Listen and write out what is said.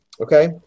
Okay